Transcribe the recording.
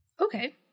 Okay